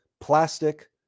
plastic